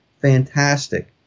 Fantastic